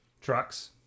trucks